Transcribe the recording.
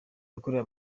yakorewe